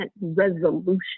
resolution